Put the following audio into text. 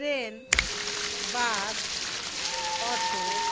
train bus auto